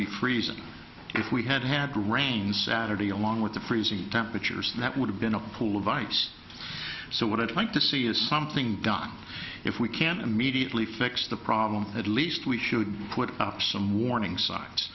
be freezing if we had had rain saturday along with the freezing temperatures that would have been a pull of ice so what i'd like to see is something done if we can immediately fix the problem at least we should put up some warning signs